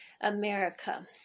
America